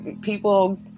People